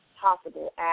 possible